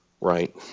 Right